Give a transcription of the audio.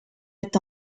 est